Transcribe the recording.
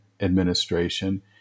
administration